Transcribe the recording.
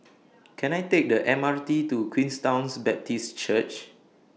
Can I Take The M R T to Queenstown's Baptist Church